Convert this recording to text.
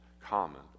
common